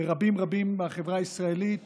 ורבים רבים בחברה הישראלית